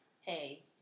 Hey